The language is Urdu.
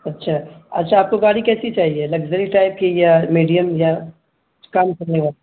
اچھا اچھا آپ کو گاڑی کیسی چاہیے لگژری ٹائپ چاہیے یا میڈیم یا کچھ کام